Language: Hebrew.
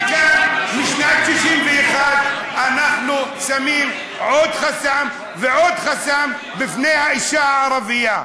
וכאן משנת 1961 אנחנו שמים עוד חסם ועוד חסם בפני האישה הערבייה.